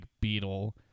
beetle